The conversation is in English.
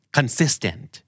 Consistent